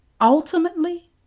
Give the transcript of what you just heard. ultimately